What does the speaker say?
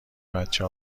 بچه